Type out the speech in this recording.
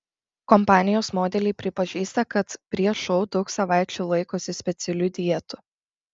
kompanijos modeliai pripažįsta kad prieš šou daug savaičių laikosi specialių dietų